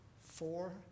four